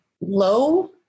low